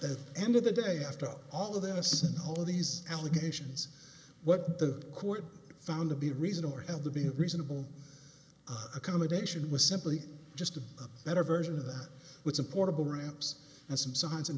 the end of the day after all this and all of these allegations what the court found to be a reason or held to be a reasonable accommodation was simply just a better version of that with a portable ramps and some signs